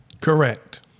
Correct